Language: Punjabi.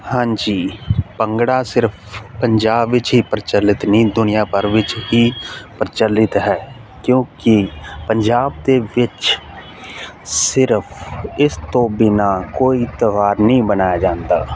ਹਾਂਜੀ ਭੰਗੜਾ ਸਿਰਫ ਪੰਜਾਬ ਵਿੱਚ ਹੀ ਪ੍ਰਚਲਿਤ ਨਹੀਂ ਦੁਨੀਆ ਭਰ ਵਿੱਚ ਹੀ ਪ੍ਰਚਲਿਤ ਹੈ ਕਿਉਂਕਿ ਪੰਜਾਬ ਦੇ ਵਿੱਚ ਸਿਰਫ ਇਸ ਤੋਂ ਬਿਨਾ ਕੋਈ ਤਿਉਹਾਰ ਨਹੀਂ ਮਨਾਇਆ ਜਾਂਦਾ